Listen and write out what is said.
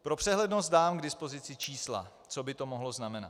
Pro přehlednost dám k dispozici čísla, co by to mohlo znamenat.